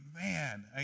man